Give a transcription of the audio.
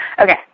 Okay